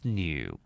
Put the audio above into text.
new